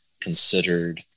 considered